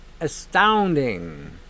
astounding